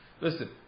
listen